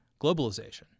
globalization